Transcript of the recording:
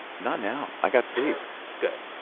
not now. i got sleep good.